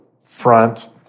front